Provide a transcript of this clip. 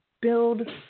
build